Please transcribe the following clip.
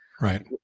Right